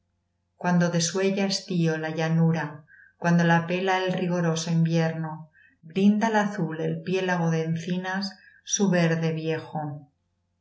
cuando desuella estío la llanura cuando la pela el rigoroso invierno brinda al azul el piélago de encinas su verde viejo